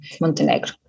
Montenegro